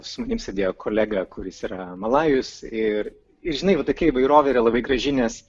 su manim sėdėjo kolega kuris yra malajus ir ir žinai va tokia įvairovė yra labai graži nes